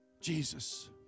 Jesus